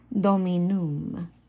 dominum